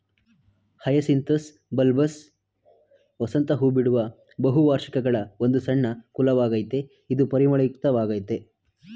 hyacinthus bulbous ವಸಂತ ಹೂಬಿಡುವ ಬಹುವಾರ್ಷಿಕಗಳ ಒಂದು ಸಣ್ಣ ಕುಲವಾಗಯ್ತೆ ಇದು ಪರಿಮಳಯುಕ್ತ ವಾಗಯ್ತೆ